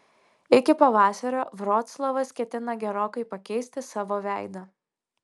iki pavasario vroclavas ketina gerokai pakeisti savo veidą